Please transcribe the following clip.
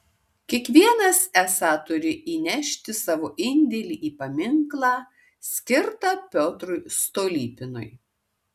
kiekvienas esą turi įnešti savo indėlį į paminklą skirtą piotrui stolypinui